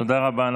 תודה רבה.